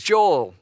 Joel